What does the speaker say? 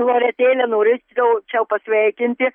loretėle norėčiau čia jau pasveikinti